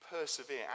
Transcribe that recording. persevere